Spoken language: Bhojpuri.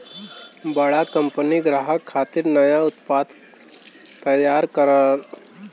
बड़ा कंपनी ग्राहक खातिर नया उत्पाद तैयार करलन